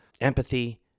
empathy